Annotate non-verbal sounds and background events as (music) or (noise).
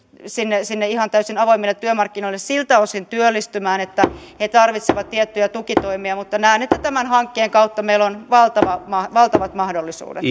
sinne sinne ihan täysin avoimille työmarkkinoille siltä osin työllistymään että he tarvitsevat tiettyjä tukitoimia mutta näen että tämän hankkeen kautta meillä on valtavat mahdollisuudet (unintelligible)